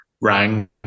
rang